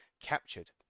captured